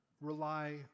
rely